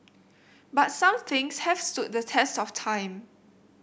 but some things have stood the test of time